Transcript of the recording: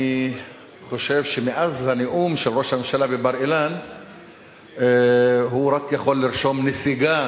אני חושב שמאז הנאום של ראש הממשלה בבר-אילן הוא רק יכול לרשום נסיגה